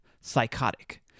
psychotic